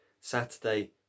Saturday